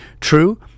true